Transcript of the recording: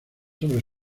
sobre